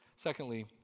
Secondly